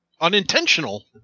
unintentional